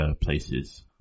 places